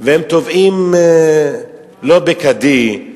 והם תובעים לא בכדי,